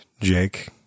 Jake